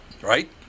Right